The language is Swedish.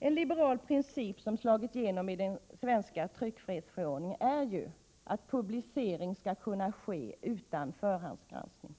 En liberal princip som slagit igenom i den svenska tryckfrihetsförordningen är att publicering skall kunna ske utan förhandsgranskning.